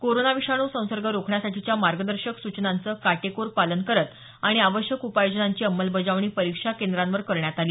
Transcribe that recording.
corona विषाणू संसर्ग रोखण्यासाठीच्या मार्गदर्शक सूचनांचं काटेकोर पालन करत आणि आवश्यक उपाययोजनांची अंमलबजावणी परीक्षा केंद्रांवर करण्यात आली